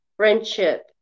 Friendship